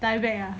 dye back